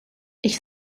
ich